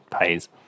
pays